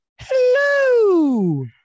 Hello